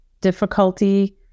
difficulty